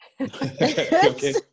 Okay